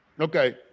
Okay